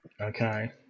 okay